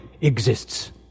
exists